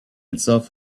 itself